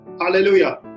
hallelujah